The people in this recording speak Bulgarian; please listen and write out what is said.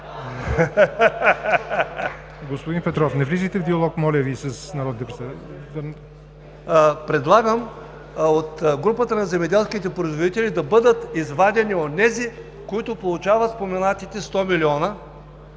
Предлагам от групата на земеделските производители да бъдат извадени онези, които получават споменатите 100 милиона